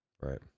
right